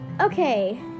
Okay